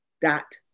dot